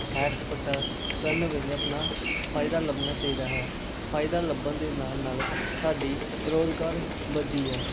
ਸੈਰ ਸਪਾਟਾ ਕਰਨ ਵੇਲੇ ਆਪਣਾ ਫਾਇਦਾ ਲੱਭਣਾ ਚਾਹੀਦਾ ਹੈ ਫਾਇਦਾ ਲੱਭਣ ਦੇ ਨਾਲ ਨਾਲ ਸਾਡੀ ਰੁਜ਼ਗਾਰ ਵਧਦੀ ਹੈ